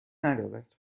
ندارد